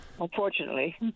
unfortunately